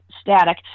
static